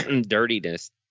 dirtiness